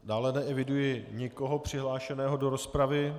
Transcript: Dále neeviduji nikoho přihlášeného do rozpravy.